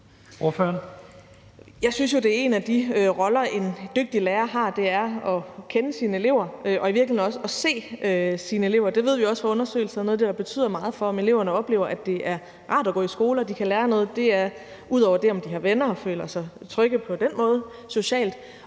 Jeg synes jo, at en af de roller, en dygtig lærer har, er at kende sine elever og i virkeligheden også at se sine elever. Det ved vi også fra undersøgelser er noget af det, der betyder meget for, om eleverne oplever, at det er rart at gå i skole, og at de kan lære noget. Det er – ud over det, om de har venner og føler sig trygge på den måde, socialt